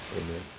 Amen